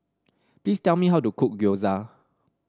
please tell me how to cook Gyoza